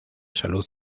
salud